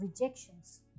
rejections